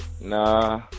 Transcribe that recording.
Nah